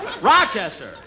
Rochester